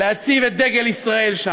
להציב את דגל ישראל שם.